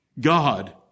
God